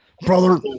Brother